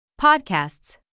Podcasts